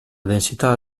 densità